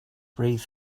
wreath